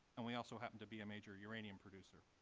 and we also happen to be a major uranium producer.